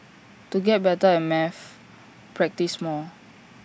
to get better at maths practise more